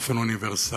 באופן אוניברסלי.